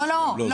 לא,